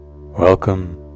Welcome